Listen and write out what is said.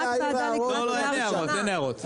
לא, אין הערות.